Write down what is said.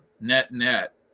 net-net